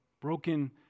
broken